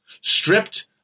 Stripped